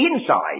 inside